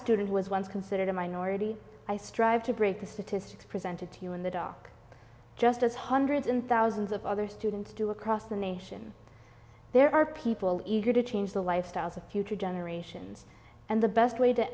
student was once considered a minority i strive to break the statistics presented to you in the dark just as hundreds and thousands of other students do across the nation there are people eager to change the lifestyles of future generations and the best way to